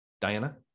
Diana